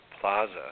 plaza